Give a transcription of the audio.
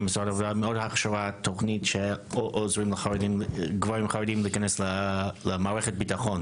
הכשרה ותוכנית שעוזרים לגברים החרדים להיכנס למערכת ביטחון,